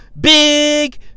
Big